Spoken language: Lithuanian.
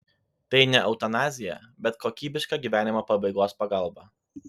tai ne eutanazija bet kokybiška gyvenimo pabaigos pagalba